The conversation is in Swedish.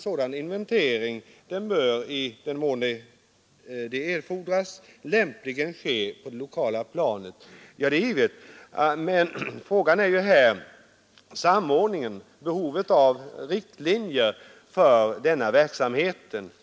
Sådana inventeringar bör, i den mån de erfordras, lämpligen ske på det lokala planet.” Det är givet, men problemet här är samordningen och behovet av riktlinjer för denna verksamhet.